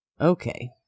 Okay